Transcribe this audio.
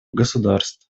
государств